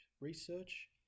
research